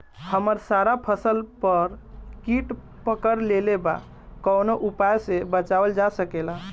हमर सारा फसल पर कीट पकड़ लेले बा कवनो उपाय से बचावल जा सकेला?